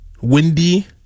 windy